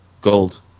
gold